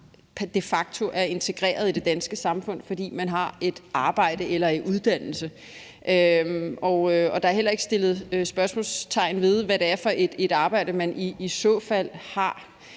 de facto er integreret i det danske samfund, fordi man har et arbejde eller en uddannelse, og der er heller ikke sat spørgsmålstegn ved, hvad det er for at arbejde, man i så fald har,